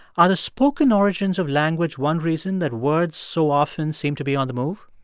are the spoken origins of language one reason that words so often seem to be on the move?